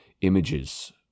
images